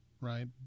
right